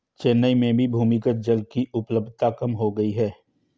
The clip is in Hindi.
चेन्नई में भी भूमिगत जल की उपलब्धता कम हो गई है